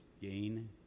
gain